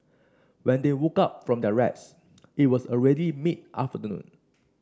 when they woke up from their rest it was already mid afternoon